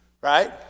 Right